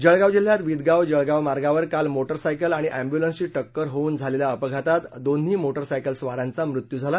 जळगाव जिल्ह्यात विदगाव जळगाव मार्गावर काल मोटार सायकल आणि ऍम्ब्यूलन्स ची टक्कर होऊन झालेल्या अपघातात दोन्ही मोटरसायकल स्वारांचा मृत्यू झाला